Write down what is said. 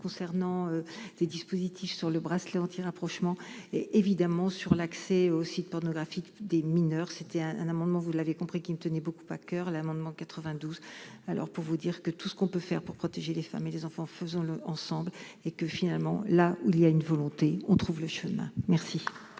concernant les dispositifs sur le bracelet anti-rapprochement et évidemment sur l'accès aux sites pornographiques des mineurs, c'était un un amendement, vous l'avez compris qu'il ne tenait beaucoup à coeur : l'amendement 92, alors pour vous dire que tout ce qu'on peut faire pour protéger les femmes et les enfants, faisons-le ensemble et que, finalement, là où il y a une volonté, on trouve le chemin merci.